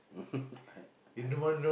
I I